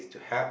help